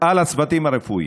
על הצוותים הרפואיים.